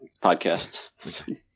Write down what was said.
podcast